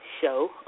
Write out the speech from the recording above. show